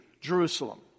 Jerusalem